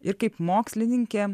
ir kaip mokslininkė